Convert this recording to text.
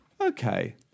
okay